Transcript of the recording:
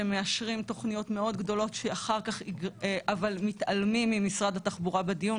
שמאשרים תוכניות גדולות מאוד אבל מתעלמים ממשרד התחבורה בדיון,